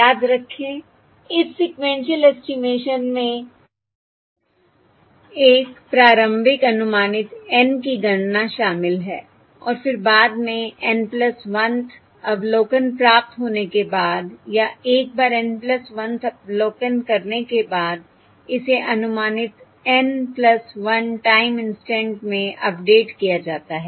याद रखें इस सीक्वेन्शिअल एस्टिमेशन में एक प्रारंभिक अनुमानित N की गणना शामिल है और फिर बाद में N 1 th अवलोकन प्राप्त होने के बाद या एक बार N 1 th अवलोकन करने के बाद इसे अनुमानित N 1 टाइम इंस्टेंट में अपडेट किया जाता है